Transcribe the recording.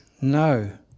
No